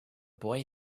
boy